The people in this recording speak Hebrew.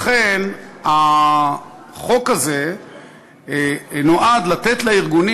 לכן, החוק הזה נועד לתת לארגונים